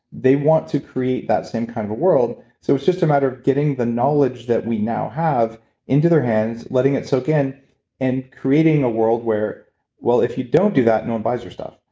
they want to create that same kind of a world, so it's just a matter of getting the knowledge that we now have into their hands, letting it soak in and creating a world where well, if you don't do that, no one buys your stuff,